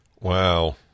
Wow